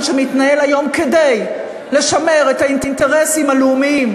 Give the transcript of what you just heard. שמתנהל היום כדי לשמר את האינטרסים הלאומיים,